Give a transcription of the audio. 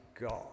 God